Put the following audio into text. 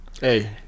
Hey